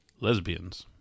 Lesbians